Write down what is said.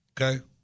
Okay